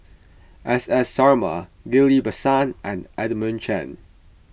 S S Sarma Ghillie Basan and Edmund Chen